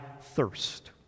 thirst